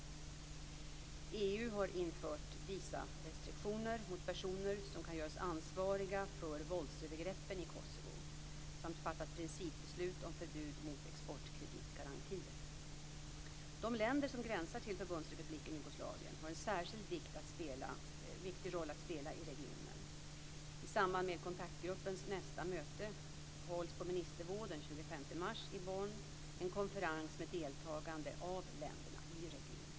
EU har infört visarestriktioner mot personer som kan göras ansvariga för våldsövergreppen i Kosovo samt fattat principbeslut om förbud mot exportkreditgarantier. De länder som gränsar till Förbundsrepubliken Jugoslavien har en särskilt viktig roll att spela i regionen. I samband med kontaktgruppens nästa möte hålls på ministernivå den 25 mars i Bonn en konferens med deltagande av länder i regionen.